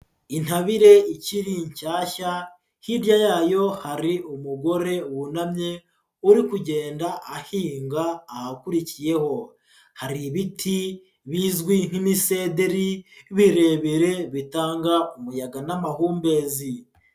Intabire ikiri nshyashya hirya yayo hari umugore wunamye uri kugenda ahinga ahakurikiyeho. Hari ibiti bizwi nk'imisederi birebire bitanga umuyaga n'amahumbezi.